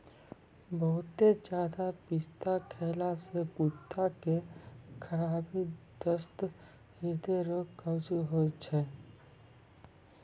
बहुते ज्यादा पिस्ता खैला से गुर्दा के खराबी, दस्त, हृदय रोग, कब्ज होय छै